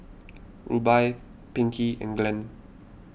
Rubye Pinkey and Glenn